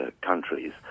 countries